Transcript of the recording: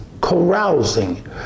carousing